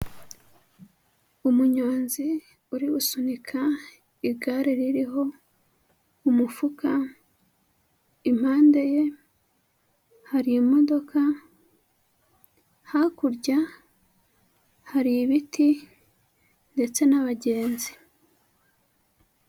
Umunyonzi uri gusunika igare ririho umufuka, impande ye hari imodoka, hakurya hari ibiti ndetse n'abagenzi.